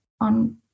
on